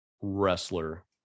wrestler